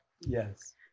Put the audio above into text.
yes